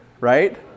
right